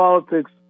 politics